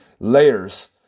layers